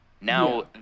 Now